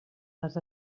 les